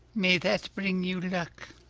may that bring you luck!